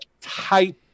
type